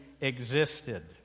existed